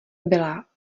byla